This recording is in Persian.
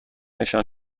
نشان